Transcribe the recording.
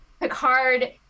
Picard